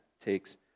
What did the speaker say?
takes